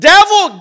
Devil